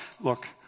Look